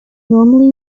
normally